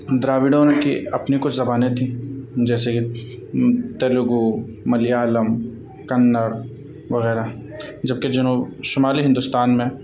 دراوڑوں کی اپنی کچھ زبانیں تھیں جیسے کہ تیلگو ملیالم کنڑ وغیرہ جبکہ جنوب شمالی ہندوستان میں